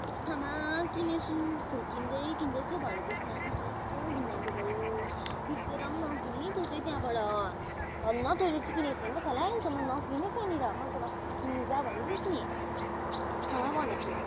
बित्थामा किनेछु फुर्किँदै किन्दै थिएँ भरै त लास्टमा त यस्तो घिनलाग्दो भयो बिर्सेर पनि नकिन् है तँ चाहिँ त्यहाँबाट धन्न तैँले चाहिँ किनेको छैनस् होला है अहिलेसम्म नकिनै त्यहाँनिर मैले तँलाई अस्ति किन्नु जा भन्दैथिएँ नि बित्थामा भनेछु